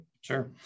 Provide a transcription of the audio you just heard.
sure